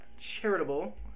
charitable